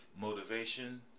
motivation